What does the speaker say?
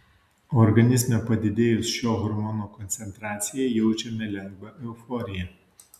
organizme padidėjus šio hormono koncentracijai jaučiame lengvą euforiją